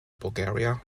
bulgaria